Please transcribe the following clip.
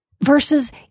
versus